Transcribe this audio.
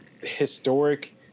historic